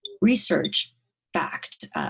research-backed